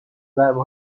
ضربه